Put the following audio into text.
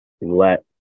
let